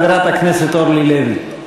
חברת הכנסת אורלי לוי.